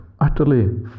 utterly